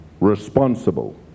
responsible